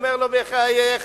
אומר לו: בחייך,